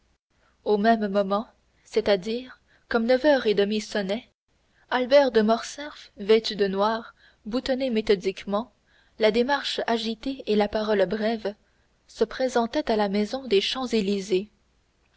au même moment c'est-à-dire comme neuf heures du matin sonnaient albert de morcerf vêtu de noir boutonné méthodiquement la démarche agitée et la parole brève se présentait à la maison des champs-élysées